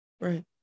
Right